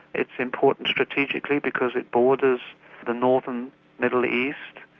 it's important strategically because it borders the northern middle east,